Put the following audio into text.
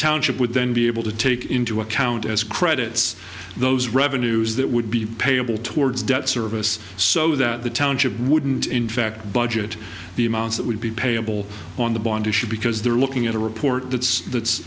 township would then be able to take into account as credits those revenues that would be payable towards debt service so that the township wouldn't in fact budget the amounts that would be payable on the bond issue because they're looking at a report that's that's